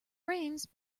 rains